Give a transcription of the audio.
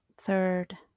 third